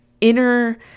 inner